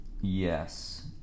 yes